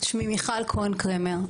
שמי מכיל כהן קרמר,